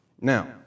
Now